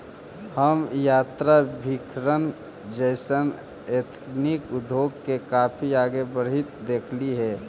हम यात्राभिकरण जइसन एथनिक उद्योग के काफी आगे बढ़ित देखली हे